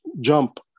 jump